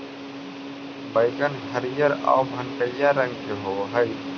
बइगन हरियर आउ भँटईआ रंग के होब हई